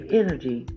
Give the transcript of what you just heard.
energy